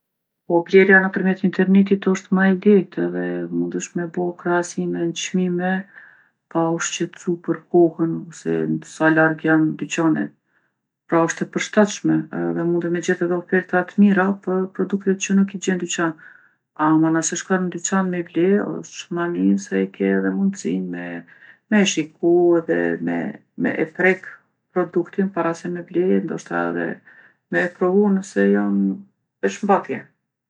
Po blerja nëpërmjet internetit osht ma e lehtë edhe mundesh me bo krahasime n'çmime pa u shqetsu për kohën ose n- sa larg janë dyqanet. Pra osht e përshtatshme edhe mundem me gjetë edhe oferta t'mira për produktet që nuk i gjen n'dyqan. Ama nëse shkon n'dyqan me ble osht ma mirë se e ke edhe mundsinë me me e shiku edhe me me e prekë produktin para se me ble, ndoshta edhe me e provu nëse jon veshmbathje.